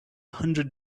hundred